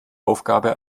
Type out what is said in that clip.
aufgabe